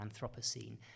Anthropocene